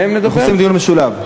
אנחנו עושים דיון משולב.